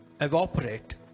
evaporate